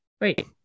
Wait